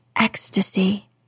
ecstasy